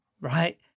right